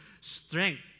strength